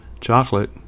chocolate